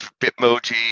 Bitmoji